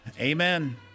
Amen